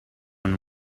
and